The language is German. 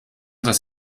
das